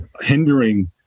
hindering